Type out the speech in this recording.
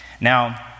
Now